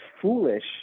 foolish